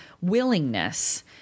willingness